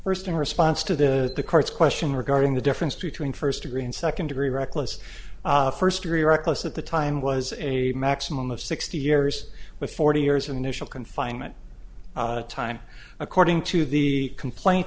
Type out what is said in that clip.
first in response to the court's question regarding the difference between first degree and second degree reckless first degree reckless at the time was a maximum of sixty years with forty years in initial confinement time according to the complaint